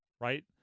right